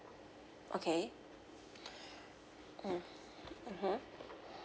okay mm mmhmm